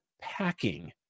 packing